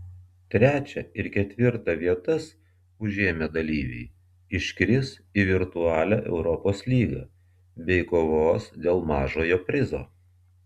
trečią ir ketvirtą vietas užėmę dalyviai iškris į virtualią europos lygą bei kovos dėl mažojo prizo